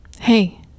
Hey